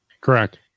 Correct